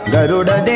Garuda